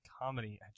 comedy